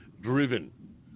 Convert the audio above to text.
driven